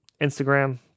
Instagram